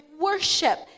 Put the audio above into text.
worship